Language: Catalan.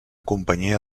companyia